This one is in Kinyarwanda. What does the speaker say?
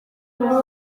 umwana